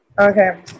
Okay